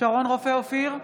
שרון רופא אופיר,